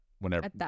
whenever